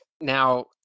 Now